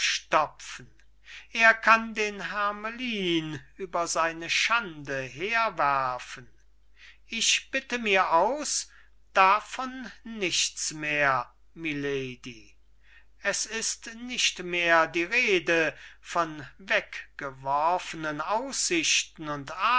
verstopfen er kann den hermelin über seine schande herwerfen ich bitte mir aus davon nichts mehr milady es ist nicht mehr die rede von weggeworfenen aussichten und